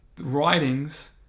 writings